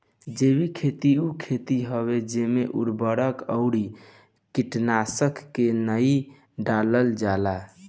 जैविक खेती उ खेती हवे जेमे उर्वरक अउरी कीटनाशक के नाइ डालल जाला